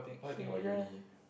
okay